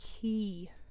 key